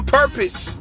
purpose